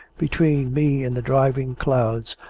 between me and the driving clouds,